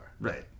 Right